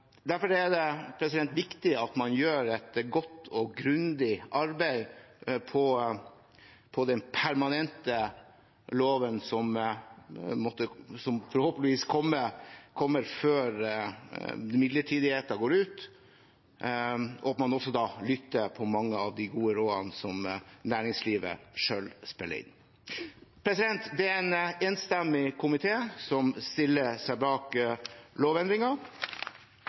Derfor er det viktig at man gjør et godt og grundig arbeid med den permanente loven, som forhåpentligvis kommer før den midlertidige går ut, og at man lytter til mange av de gode rådene som næringslivet selv spiller inn. Det er en enstemmig komité som stiller seg bak